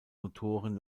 motoren